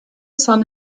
sun